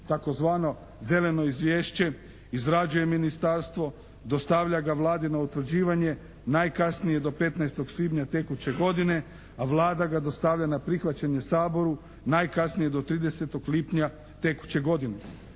tzv. zeleno izvješće izrađuje Ministarstvo, dostavlja ga Vladi na utvrđivanje najkasnije do 15. svibnja tekuće godine, a Vlada ga dostavlja na prihvaćanje Saboru najkasnije do 30. lipnja tekuće godine.